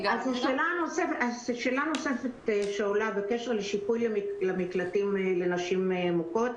שאלה נוספת שעולה בקשר לשיפוי למקלטים לנשים מוכות,